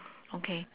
okay